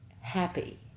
happy